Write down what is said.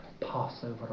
Passover